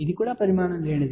ఇది పరిమాణం లేనిది